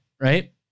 right